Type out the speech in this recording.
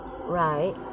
right